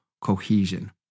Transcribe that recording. cohesion